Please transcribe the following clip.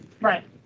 right